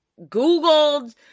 googled